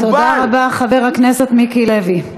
תודה רבה, חבר הכנסת מיקי לוי.